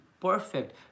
perfect